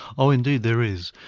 oh, indeed there is.